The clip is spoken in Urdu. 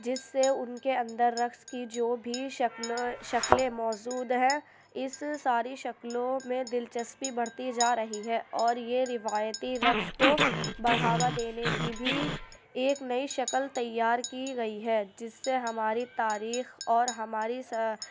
جس سے ان کے اندر رقص کی جو بھی شکلیں موجود ہیں اس ساری شکلوں میں دلچسپی بڑھتی جا رہی ہے اور یہ روایتی رقص کو بڑھاوا دینے کی بھی ایک نئی شکل تیار کی گئی ہے جس سے ہماری تاریخ اور ہماری